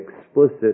explicit